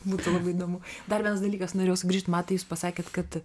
būtų labai įdomu dar vienas dalykas norėjau sugrįžt matai jūs pasakėt kad